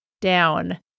down